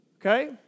Okay